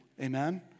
Amen